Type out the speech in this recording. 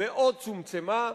מאוד צומצמה,